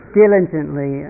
diligently